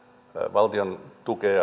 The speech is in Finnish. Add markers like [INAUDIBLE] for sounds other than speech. valtion tukea [UNINTELLIGIBLE]